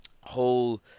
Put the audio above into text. whole